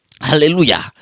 Hallelujah